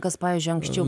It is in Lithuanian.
kas pavyzdžiui anksčiau